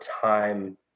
time